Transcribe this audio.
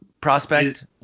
prospect